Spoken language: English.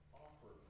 offer